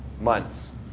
months